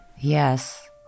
Yes